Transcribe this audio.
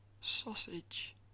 Sausage